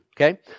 okay